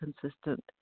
consistent